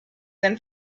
than